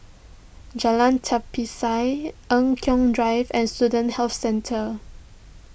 Jalan Tapisan Eng Kong Drive and Student Health Centre